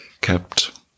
kept